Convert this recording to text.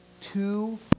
two